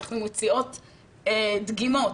מוציאות דגימות,